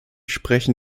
sprechen